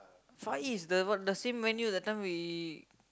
Far East the what the same menu that time we